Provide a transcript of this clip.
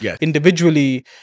individually